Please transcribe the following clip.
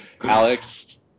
Alex